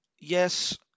yes